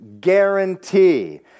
guarantee